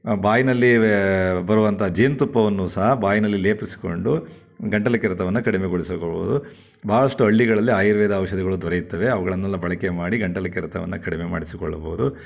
ಬಾಯಿಯಲ್ಲಿ ಬರುವಂಥ ಜೇನುತುಪ್ಪವನ್ನು ಸಹ ಬಾಯಿನಲ್ಲಿ ಲೇಪಿಸ್ಕೊಂಡು ಗಂಟಲು ಕೆರೆತವನ್ನು ಕಡಿಮೆಗೊಳಿಸಬಹುದು ಭಾಳಷ್ಟು ಹಳ್ಳಿಗಳಲ್ಲಿ ಆಯುರ್ವೇದ ಔಷಧಿಗಳು ದೊರೆಯುತ್ತವೆ ಅವುಗಳನ್ನೆಲ್ಲ ಬಳಕೆ ಮಾಡಿ ಗಂಟಲು ಕೆರೆತವನ್ನು ಕಡಿಮೆ ಮಾಡಿಸಿಕೊಳ್ಳಬೌದು